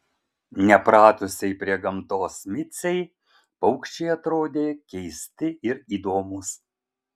nepratusiai prie gamtos micei paukščiai atrodė keisti ir įdomūs